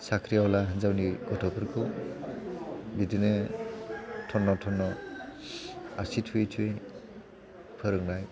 साख्रिआवला हिन्जावनि गथ'फोरखौ बिदिनो थन्न' थन्न' आसि थुयै थुयै फोरोंनाय